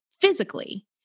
physically